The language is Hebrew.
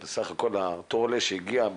כי בסך הכול אותו עולה שהגיע,